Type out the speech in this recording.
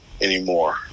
anymore